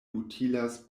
utilas